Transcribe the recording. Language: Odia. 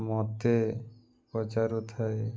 ମୋତେ ପଚାରୁଥାଏ